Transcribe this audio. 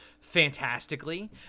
fantastically